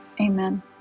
Amen